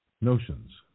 notions